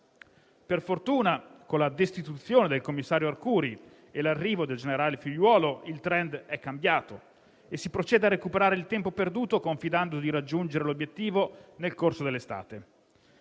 Per fortuna, con la destituzione del commissario Arcuri e l'arrivo del generale Figliuolo, il *trend* è cambiato e si procede a recuperare il tempo perduto confidando di raggiungere l'obiettivo nel corso dell'estate.